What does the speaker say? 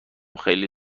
خیلی